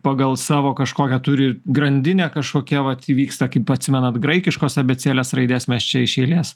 pagal savo kažkokią turi grandinę kažkokia vat įvyksta kaip atsimenat graikiškos abėcėlės raidės mes čia iš eilės